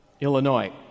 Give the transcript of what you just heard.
Illinois